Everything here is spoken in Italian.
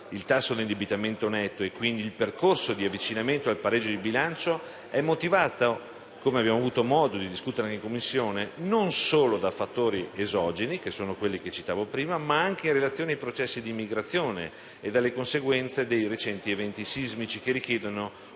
il tasso di indebitamento netto e quindi il percorso di avvicinamento al pareggio di bilancio è motivata, come abbiamo avuto modo di discutere in Commissione, non solo dai fattori esogeni, che sono quelli che citavo prima, ma anche in relazione ai processi di immigrazione e dalle conseguenze dei recenti eventi sismici che richiedono, ovviamente,